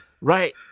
Right